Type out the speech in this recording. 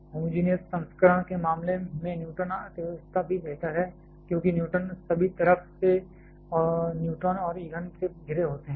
होमो genius संस्करण के मामले में न्यूट्रॉन अर्थव्यवस्था भी बेहतर है क्योंकि न्यूट्रॉन सभी तरफ से न्यूट्रॉन और ईंधन से घिरे होते हैं